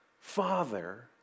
Father